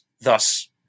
thus